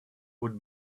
would